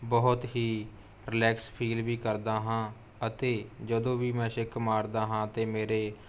ਬਹੁਤ ਹੀ relax feel ਵੀ ਕਰਦਾ ਹਾਂ ਅਤੇ ਜਦੋਂ ਵੀ ਮੈਂ ਛਿੱਕ ਮਾਰਦਾ ਹਾਂ ਅਤੇ ਮੇਰੇ